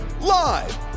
live